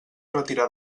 retirar